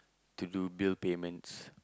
to do bill payments